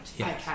okay